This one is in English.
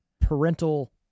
parental